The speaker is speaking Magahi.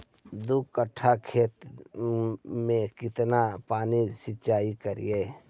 दू कट्ठा खेत में केतना पानी सीचाई करिए?